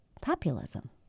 populism